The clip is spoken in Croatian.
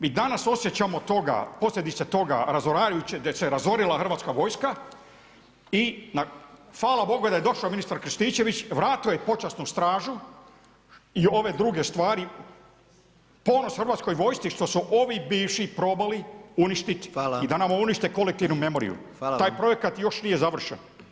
Mi danas osjećamo posljedice toga da se razorila hrvatska vojska i hvala Bogu da je došao ministar Krstičević, vratio je počasnu stražu i ove druge stvari, ponos hrvatskoj vojsci što su ovi bivši probali uništit i da nam uništi kolektivnu memoriju, taj projekat još nije završen.